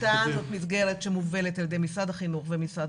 מפתן זאת מסגרת שמובלת על ידי משרד החינוך ומשרד